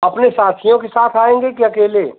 अपने साथियों के साथ आएँगे कि अकेले